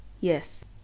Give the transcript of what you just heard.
Yes